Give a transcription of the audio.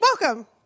Welcome